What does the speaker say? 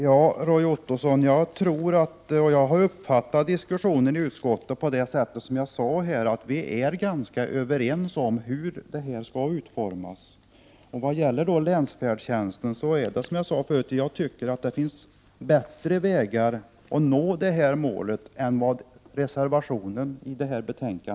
Herr talman! Som jag sade här, Roy Ottosson, har jag uppfattat diskussionen i utskottet så, att vi är ganska överens om hur detta skall utformas. När det gäller länsfärdtjänsten tycker jag, som jag sade förut, att det finns bättre vägar att nå målet än vad reservationen anvisar.